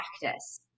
practice